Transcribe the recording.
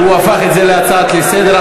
הוא הפך את זה להצעה לסדר-היום.